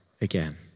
again